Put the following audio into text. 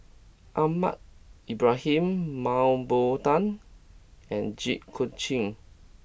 Ahmad Ibrahim Mah Bow Tan and Jit Koon Ch'ng